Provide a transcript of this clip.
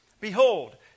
Behold